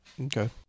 Okay